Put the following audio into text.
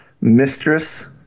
Mistress